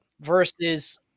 Versus